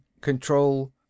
control